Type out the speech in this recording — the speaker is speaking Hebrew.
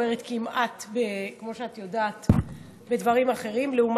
תציג את הצעת החוק חברת הכנסת מירב בן ארי,